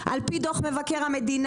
על פי דוח מבקר המדינה,